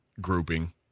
grouping